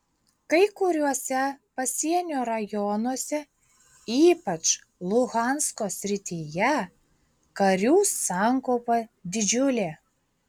kai kuriuose pasienio rajonuose ypač luhansko srityje karių sankaupa didžiulė